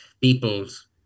people's